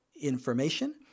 information